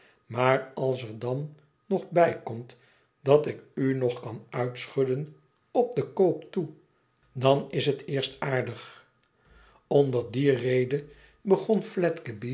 maar als er dan nog bij komt dat ik u nog kan uitschudden op den koop toe dan is het eerst aardig onder die rede begon